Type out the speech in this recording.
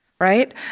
right